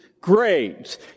grades